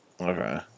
Okay